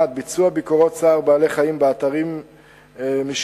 1. ביצוע ביקורות צער בעלי-חיים באתרים משקיים,